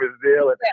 brazil